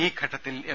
ഈ ഘട്ടത്തിൽ എം